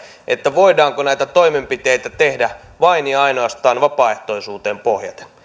voidaanko näitä toimenpiteitä tehdä vain ja ainoastaan vapaaehtoisuuteen pohjaten